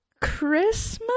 Christmas